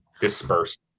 dispersed